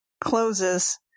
closes